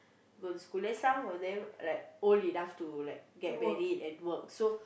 go to school then some of them like old enough to like get married and work so